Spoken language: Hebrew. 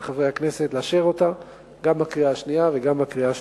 מחברי הכנסת לאשר אותה גם בקריאה שנייה וגם בקריאה שלישית.